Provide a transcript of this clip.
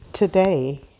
Today